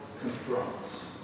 confronts